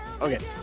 okay